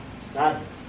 sadness